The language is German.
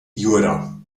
jura